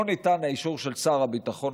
לא ניתן האישור הדרוש של שר הביטחון,